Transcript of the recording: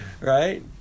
Right